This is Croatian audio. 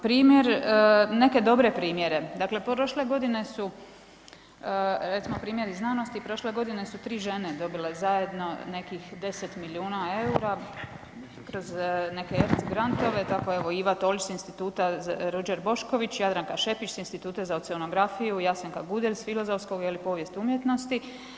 Primjer, neke dobre primjere, dakle prošle godine su recimo primjer iz znanosti, prošle godine su 3 žene dobile zajedno nekih 10 milijuna EUR-a kroz neke europske grantove, tako evo Iva Tolić s Instituta Ruđer Bošković, Jadranka Šepić s Instituta za oceanografiju, Jasenka Gudelj s filozofskog je li, povijest umjetnosti.